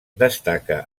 destaca